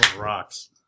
Rocks